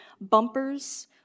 bumpers